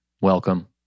welcome